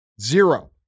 zero